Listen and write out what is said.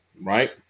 right